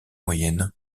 moyennes